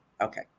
Okay